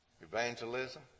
Evangelism